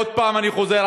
עוד פעם אני חוזר,